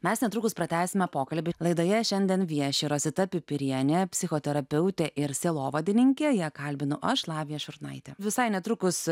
mes netrukus pratęsime pokalbį laidoje šiandien vieši rosita pipirienė psichoterapeutė ir sielovadininkė ją kalbinu aš lavija šurnaitė visai netrukus